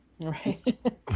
right